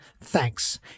Thanks